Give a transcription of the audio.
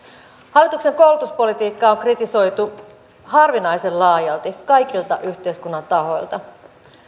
hallituksen koulutuspolitiikkaa on kritisoitu harvinaisen laajalti kaikilta yhteiskunnan tahoilta